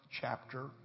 chapter